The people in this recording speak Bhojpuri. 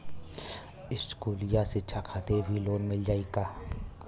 इस्कुली शिक्षा खातिर भी लोन मिल जाई?